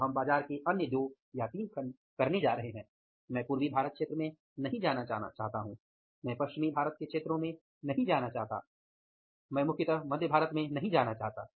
अब हम बाजार के अन्य दो या तीन खंडों में जा रहे हैं मैं पूर्वी क्षेत्र में नहीं जाना चाहता मैं पश्चिमी क्षेत्र में नहीं जाना चाहता मैं मुख्यतः मध्य क्षेत्र में नहीं जाना चाहता